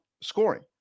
scoring